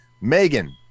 Megan